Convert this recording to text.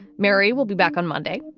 mary will be back on monday.